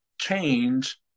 change